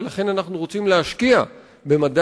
ולכן אנחנו רוצים להשקיע במדע,